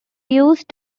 used